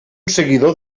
seguidor